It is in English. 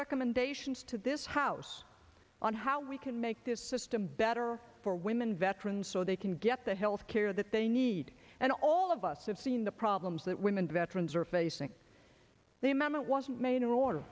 recommendations to this house on how we can make this system better for women veterans so they can get the health care that they need and all of us have seen the problems that women veterans are facing the moment wasn't manere order